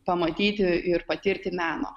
pamatyti ir patirti meno